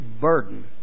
burden